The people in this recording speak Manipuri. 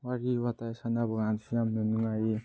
ꯋꯥꯔꯤ ꯋꯇꯥꯏ ꯁꯥꯟꯅꯕꯀꯥꯟꯁꯨ ꯌꯥꯝꯅ ꯅꯨꯡꯉꯥꯏꯌꯦ